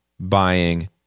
buying